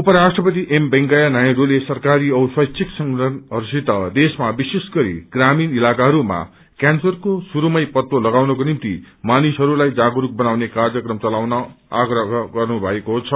उपराष्ट्रपति एप वेकैया नायडूले सरकारी औ स्वैच्छिक संग्इनहस्सित देशमा विश्वेष गरी ग्रमीण इताकाहरूमा क्यान्सरको श्रुस्रमै फ्तो लगाउनको निम्ति मानिसहरूलाई जागरूक बनाउने कार्यक्रम चलाउन आग्रह गर्नुभएको छ